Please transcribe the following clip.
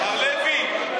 מר לוי,